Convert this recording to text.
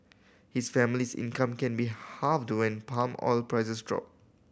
his family's income can be halved when palm oil prices drop